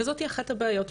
וזאת אחת הבעיות,